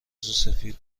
سفید